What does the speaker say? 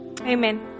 Amen